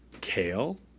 kale